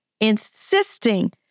insisting